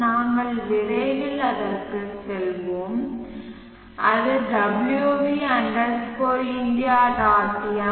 நாங்கள் விரைவில் அதற்குச் செல்வோம் அது wv Indian